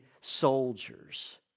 soldiers